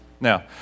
Now